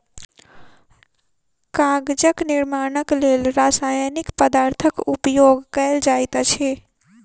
कागजक निर्माणक लेल रासायनिक पदार्थक उपयोग कयल जाइत अछि